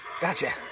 Gotcha